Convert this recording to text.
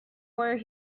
where